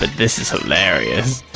this is hilarious.